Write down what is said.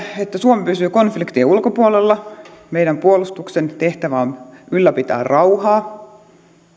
että suomi pysyy konfliktien ulkopuolella meidän puolustuksen tehtävä on ylläpitää rauhaa